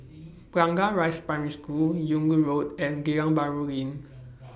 Blangah Rise Primary School Yung Loh Road and Geylang Bahru Lane